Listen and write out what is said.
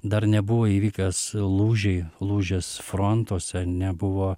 dar nebuvo įvykęs lūžiai lūžis frontuose nebuvo